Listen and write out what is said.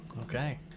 Okay